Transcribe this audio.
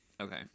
Okay